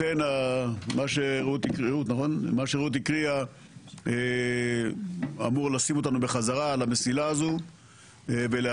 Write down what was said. לכן מה שרעות הקריאה אמור לשים אותנו בחזרה על המסילה הזו ולאפשר